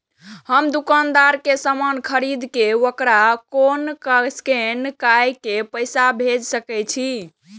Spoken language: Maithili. हम दुकानदार के समान खरीद के वकरा कोड स्कैन काय के पैसा भेज सके छिए?